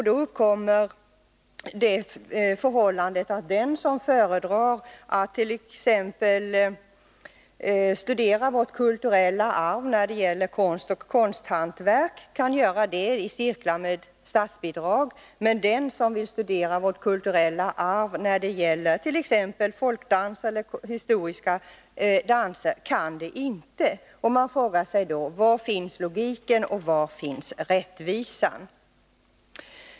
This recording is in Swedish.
Då uppkommer det förhållandet att den som föredrar att t.ex. studera vårt kulturella arv när det gäller konst och konsthantverk kan göra det i cirklar med statsbidrag, men den som vill studera vårt kulturella arv när det gäller t.ex. folkdans och historiska danser kan inte göra det. Man frågar sig då: Var finns logiken och var finns rättvisan?